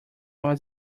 was